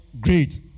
great